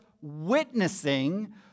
witnessing